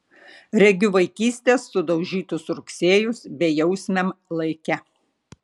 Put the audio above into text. regiu vaikystės sudaužytus rugsėjus bejausmiam laike